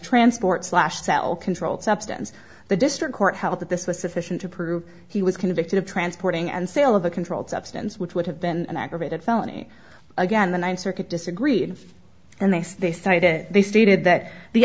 transport slash that all controlled substance the district court held that this was sufficient to prove he was convicted of transporting and sale of a controlled substance which would have been an aggravated felony again the ninth circuit disagreed and they said they cited that the